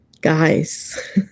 guys